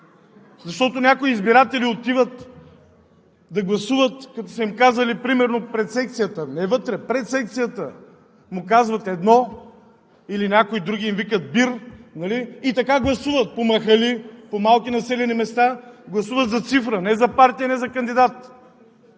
Защото някои избиратели отиват да гласуват, като са им казали примерно пред секцията, не вътре – пред секцията: „едно“, или други им викат „бир“! И така гласуват – по махали, по малки населени места, гласуват за цифра – не за партия, не за кандидат!